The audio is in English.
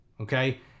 Okay